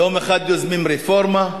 יום אחד יוזמים רפורמה,